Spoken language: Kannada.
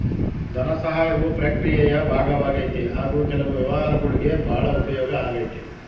ಧನಸಹಾಯವು ಪ್ರಕ್ರಿಯೆಯ ಭಾಗವಾಗೈತಿ ಹಾಗು ಕೆಲವು ವ್ಯವಹಾರಗುಳ್ಗೆ ಭಾಳ ಉಪಯೋಗ ಆಗೈತೆ